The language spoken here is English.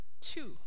two